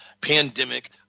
pandemic